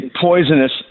poisonous